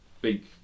big